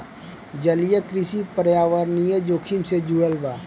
जलीय कृषि पर्यावरणीय जोखिम से जुड़ल बा